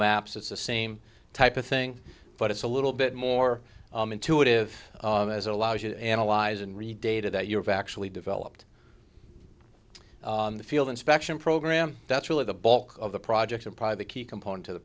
maps it's the same type of thing but it's a little bit more intuitive as allows you to analyze and read data that you have actually developed in the field inspection program that's really the bulk of the project and probably the key component to the